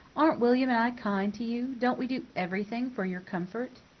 aren't william and i kind to you? don't we do everything for your comfort?